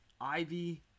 Ivy